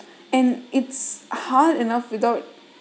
and it's hard enough without